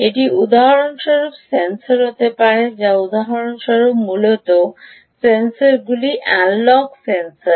এটি উদাহরণস্বরূপ সেন্সর হতে পারে বা উদাহরণস্বরূপ মূলত সেন্সরগুলি অ্যানালগ সেন্সর